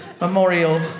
memorial